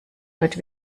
heute